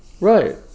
Right